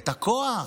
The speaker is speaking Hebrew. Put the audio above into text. את הכוח,